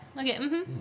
okay